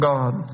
God